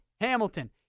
Hamilton